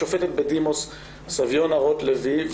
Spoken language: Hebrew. השופטת בדימוס סביונה רוטלוי,